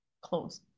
close